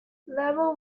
level